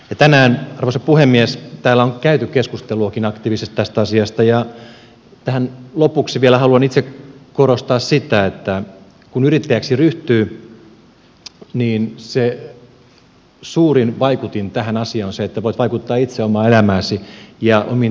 tänään arvoisa puhemies täällä on käytykin keskustelua aktiivisesti tästä asiasta ja tähän lopuksi vielä haluan itse korostaa sitä että kun yrittäjäksi ryhtyy niin se suurin vaikutin tähän asiaan on se että voit vaikuttaa itse omaan elämääsi ja omiin tekemisiisi